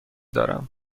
دارم